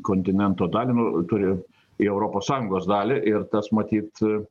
kontinento dalį nu turi į europos sąjungos dalį ir tas matyt